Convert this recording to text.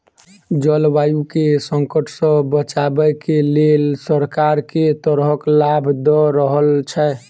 जलवायु केँ संकट सऽ बचाबै केँ लेल सरकार केँ तरहक लाभ दऽ रहल छै?